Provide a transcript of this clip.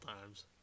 times